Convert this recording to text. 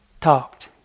talked